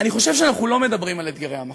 אני חושב שאנחנו לא מדברים על אתגרי המחר,